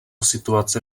situace